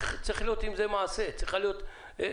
צריך להיות עם זה מעשה, צריכה להיות פעולה.